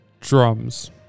Drums